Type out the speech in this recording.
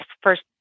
first